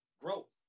growth